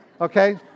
Okay